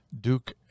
Duke